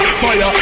fire